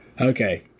Okay